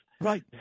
Right